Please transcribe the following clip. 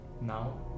Now